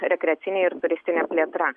rekreacinė ir turistinė plėtra